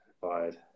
Fired